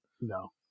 No